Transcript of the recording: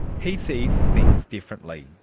he sees things differently.